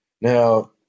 Now